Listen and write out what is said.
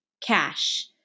Cash